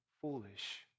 foolish